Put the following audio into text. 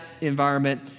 environment